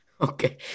Okay